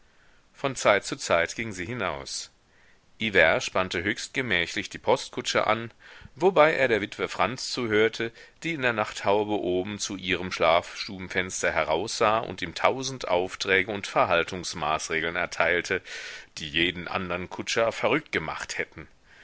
von zeit zu zeit ging sie hinaus hivert spannte höchst gemächlich die postkutsche an wobei er der witwe franz zuhörte die in der nachthaube oben zu ihrem schlafstubenfenster heraussah und ihm tausend aufträge und verhaltungsmaßregeln erteilte die jeden andern kutscher verrückt gemacht hätten